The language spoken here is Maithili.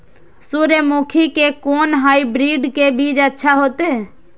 सूर्यमुखी के कोन हाइब्रिड के बीज अच्छा होते?